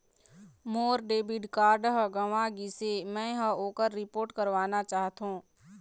मोर debit card ह गंवा गिसे, मै ह ओकर रिपोर्ट करवाना चाहथों